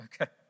Okay